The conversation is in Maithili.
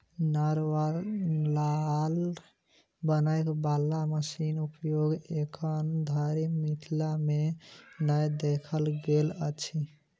नार वा लार बान्हय बाला मशीनक उपयोग एखन धरि मिथिला मे नै देखल गेल अछि